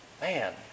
man